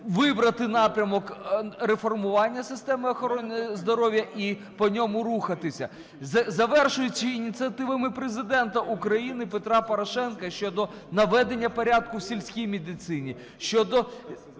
вибрати напрямок реформування системи охорони здоров'я і по ньому рухатися, завершуючи ініціативами Президента України Петра Порошенка щодо наведення порядку в сільській медицині, щодо